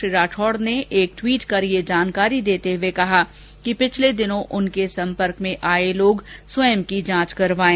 श्री राठौड़ ने एक टवीट कर यह जानकारी देते हुए कहा कि पिछले दिनों उनके संपर्क में आए लोग स्वयं की जांच करवाएं